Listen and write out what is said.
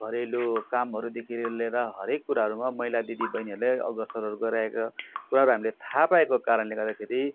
घरेलु कामहरूदेखि लिएर हरएक कुराहरूमा महिला दिदी बहिनीहरूले अग्रसरहरू गराइरहेका कुराहरू हामीले थाहा पाएको कारणले गर्दाखेरि